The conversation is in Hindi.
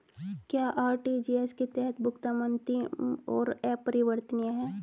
क्या आर.टी.जी.एस के तहत भुगतान अंतिम और अपरिवर्तनीय है?